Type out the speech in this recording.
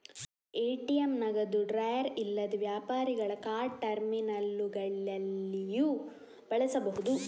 ATM ನಗದು drawer ಇಲ್ಲದೆ ವ್ಯಾಪಾರಿಗಳ ಕಾರ್ಡ್ ಟರ್ಮಿನಲ್ಲುಗಳಲ್ಲಿಯೂ ಬಳಸಬಹುದು